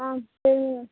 ஆ சரிங்க